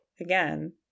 again